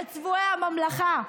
לצבועי הממלכה.